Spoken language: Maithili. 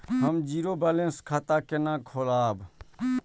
हम जीरो बैलेंस खाता केना खोलाब?